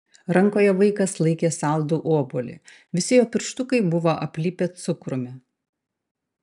rankoje vaikas laikė saldų obuolį visi jo pirštukai buvo aplipę cukrumi